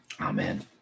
Amen